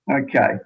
okay